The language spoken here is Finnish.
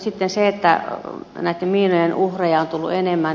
sitten se että näitten miinojen uhreja on tullut enemmän